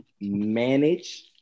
manage